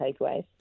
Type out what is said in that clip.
takeaways